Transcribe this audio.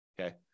Okay